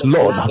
Lord